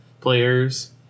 players